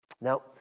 Now